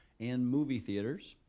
and movie theaters.